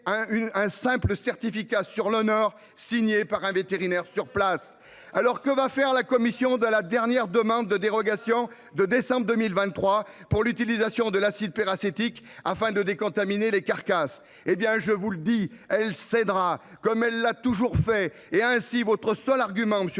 un simple certificat sur l’honneur signé par un vétérinaire sur place. Que va faire la Commission de la dernière demande de dérogation de décembre 2023 pour l’utilisation de l’acide peracétique afin de décontaminer les carcasses ? Je vous le dis : elle cédera, comme elle l’a toujours fait ! Ainsi, votre seul argument, monsieur le ministre,